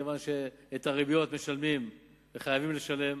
מכיוון שאת הריביות משלמים וחייבים לשלם.